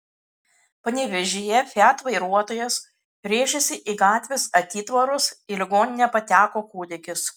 panevėžyje fiat vairuotojas rėžėsi į gatvės atitvarus į ligoninę pateko kūdikis